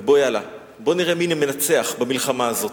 ובוא, יאללה, בוא נראה מי מנצח במלחמה הזאת.